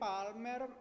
Palmer